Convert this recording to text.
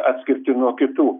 atskirti nuo kitų